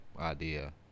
idea